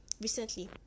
recently